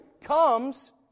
comes